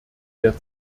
der